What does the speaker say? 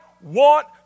want